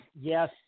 Yes